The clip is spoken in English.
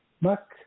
Mac